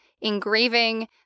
engraving